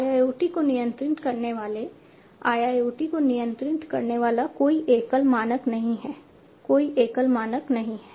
IoT को नियंत्रित करने वाले IIoT को नियंत्रित करने वाला कोई एकल मानक नहीं है कोई एकल मानक नहीं है